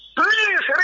please